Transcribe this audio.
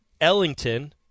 Ellington